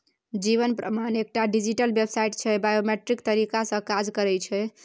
जीबन प्रमाण एकटा डिजीटल बेबसाइट छै बायोमेट्रिक तरीका सँ काज करय छै